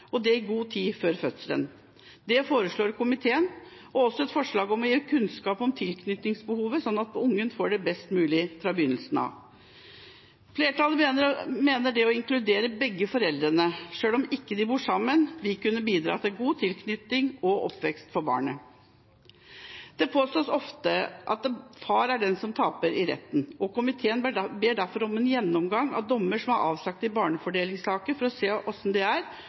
og det i god tid før fødselen. Det foreslår komiteen, og det foreslås også å gi kunnskap om tilknytningsbehovet, slik at barnet får det best mulig fra begynnelsen av. Flertallet mener at det å inkludere begge foreldrene selv om de ikke bor sammen, vil kunne bidra til en god tilknytning og god oppvekst for barnet. Det påstås at far ofte er den som taper i retten, og komiteen ber derfor om en gjennomgang av dommer som er avsagt i barnefordelingssaker, for å se på hvordan dette er,